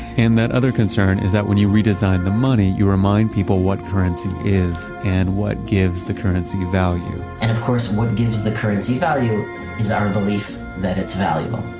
and that other concern is that when you redesign the money, you remind people what currency is, and what gives the currency value and of course what gives the currency value is our belief that it's valuable.